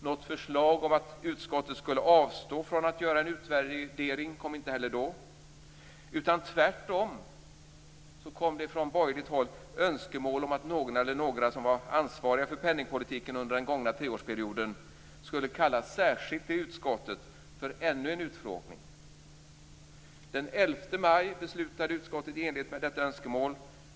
Något förslag om att utskottet skulle avstå från att göra en utvärdering kom inte heller då, utan tvärtom kom det från borgerligt håll önskemål om att någon eller några som var ansvariga för penningpolitiken under den gångna treårsperioden skulle kallas särskilt till utskottet för ännu en utfrågning. Den 11 maj beslutade utskottet i enlighet med detta önskemål.